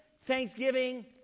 thanksgiving